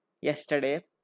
yesterday